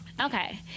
Okay